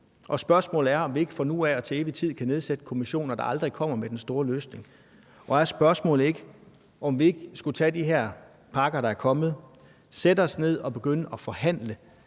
Spørgsmålet er, om vi ikke fra nu af og til evig tid kan nedsætte kommissioner, der aldrig kommer med den store løsning. Og er spørgsmålet ikke, om vi ikke skulle tage de her pakker, der er kommet, og sætte os ned og begynde at forhandle,